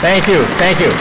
thank you thank you